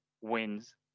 wins